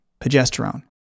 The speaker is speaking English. progesterone